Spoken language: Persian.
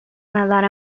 نظر